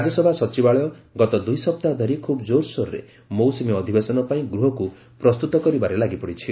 ରାଜ୍ୟସଭା ସଚିବାଳୟ ଗତ ଦୁଇସପ୍ତାହ ଧରି ଖୁବ୍ ଜୋର୍ସୋରରେ ମୌସୁମୀ ଅଧିବେଶନ ପାଇଁ ଗୃହକୁ ପ୍ରସ୍ତୁତ କରିବାରେ ଲାଗିପଡ଼ିଛି